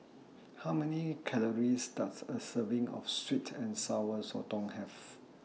How Many Calories Does A Serving of Sweet and Sour Sotong Have